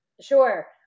Sure